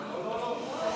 לאומיים,